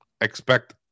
expect